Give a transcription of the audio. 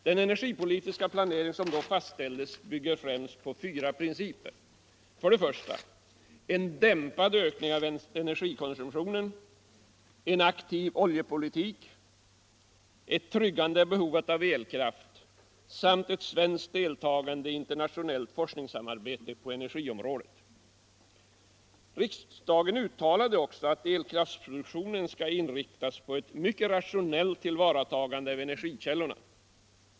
Den energipolitiska planering som då fastställdes bygger främst på fyra principer: 2. En aktiv oljepolitik. 3. Ett tryggande av behovet av elkraft. 4. Ett svenskt deltagande i ett internationellt samarbete på energiområdet. Riksdagen uttalade också att elkraftsproduktionen skall inriktas på ett mycket rationellt tillvaratagande av energikällorna.